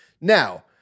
Now